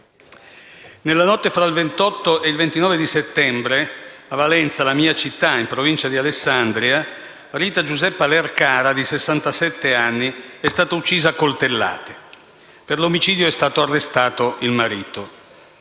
Nella notte fra il 28 e il 29 settembre, a Valenza, la mia città, in Provincia di Alessandria, Rita Giuseppa Lercara, sessantasette anni, è stata uccisa a coltellate. Per l'omicidio è stato arrestato il marito.